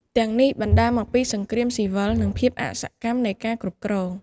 ទាំងនេះបណ្ដាលមកពីសង្គ្រាមស៊ីវិល និងភាពអសកម្មនៃការគ្រប់គ្រង។